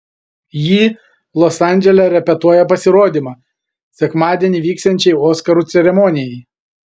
ji los andžele repetuoja pasirodymą sekmadienį vyksiančiai oskarų ceremonijai